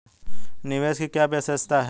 निवेश की क्या विशेषता है?